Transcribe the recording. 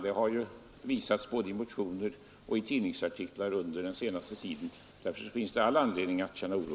Det har visats både i motioner och i tidningsartiklar under den senaste tiden, Därför finns det all anledning att känna oro.